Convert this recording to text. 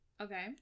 Okay